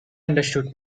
understood